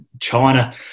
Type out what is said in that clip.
China